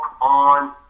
on